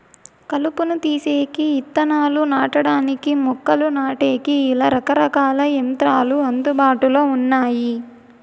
కలుపును తీసేకి, ఇత్తనాలు నాటడానికి, మొక్కలు నాటేకి, ఇలా రకరకాల యంత్రాలు అందుబాటులో ఉన్నాయి